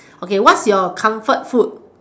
okay what's your comfort food